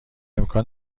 امکان